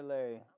Larry